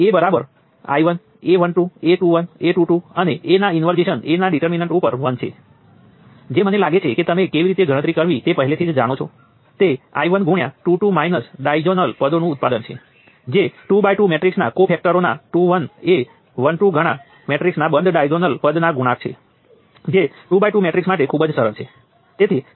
હવે આ કિસ્સો મેં કહ્યું તેમ જ્યારે આપણી પાસે સ્વતંત્ર વોલ્ટેજ સ્ત્રોત હતો તેના જેવો જ છે